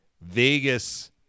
Vegas –